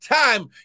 time